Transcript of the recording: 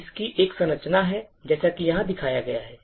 इसकी एक संरचना है जैसा कि यहां दिखाया गया है